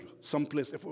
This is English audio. someplace